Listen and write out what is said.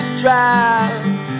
drive